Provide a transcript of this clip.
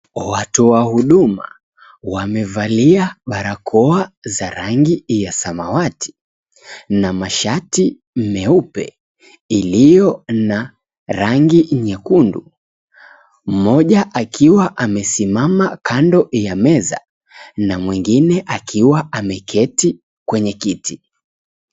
Watu wa huduma wamevalia barakoa za rangi ya samawati na mashati meupe yaliyo na rangi nyekundu. Mmoja akiwa amesimama kando ya meza na mwingine akiwa ameketi kwenye kiti.